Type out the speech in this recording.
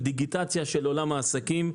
דיגיטציה של עולם העסקים,